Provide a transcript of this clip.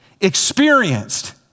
experienced